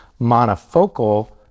monofocal